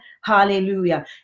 Hallelujah